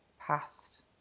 past